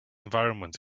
environment